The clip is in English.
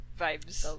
vibes